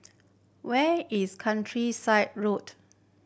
where is Countryside Road